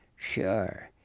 sure.